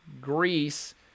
Greece